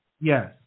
Yes